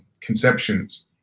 conceptions